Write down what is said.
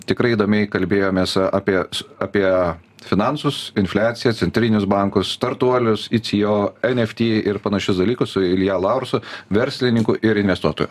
tikrai įdomiai kalbėjomės a apie apie finansus infliaciją centrinius bankus startuolius icijo enefti ir panašius dalykus su ilja laursu verslininku ir investuotoju